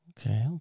okay